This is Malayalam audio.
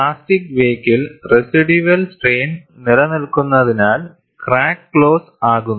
പ്ലാസ്റ്റിക് വേക്കിൽ റെസിഡ്യൂവൽ സ്ട്രെയിൻ നിലനിൽക്കുന്നതിനാൽ ക്രാക്ക് ക്ലോസ് ആകുന്നു